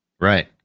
Right